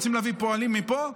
רוצים להביא פועלים מפה?